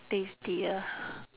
tastier